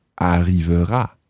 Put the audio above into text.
arrivera